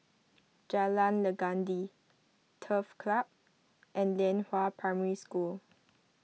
Jalan Legundi Turf Club and Lianhua Primary School